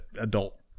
adult